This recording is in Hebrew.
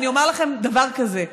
ואני אומר לכם דבר כזה: